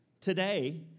today